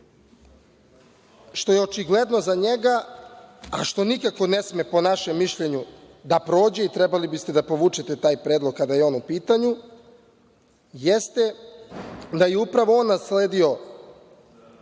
što je očigledno za njega, a što nikako ne sme po našem mišljenju da prođe i trebali biste da povučete taj predlog kada je on u pitanju? Jeste da je upravo on nasledio